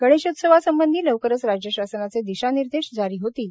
गणेशोत्सवासंबंधी लवकरच राज्य शासनाचे दिशानिर्देश जारी होतील